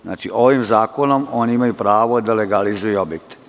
Znači, ovim zakonom, oni imaju pravo da legalizuju objekte.